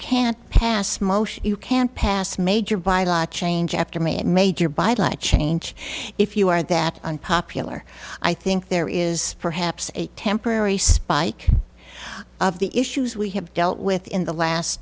can't pass motions you can't pass major by law change after made major by life change if you are that unpopular i think there is perhaps a temporary spike of the issues we have dealt with in the last